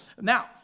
Now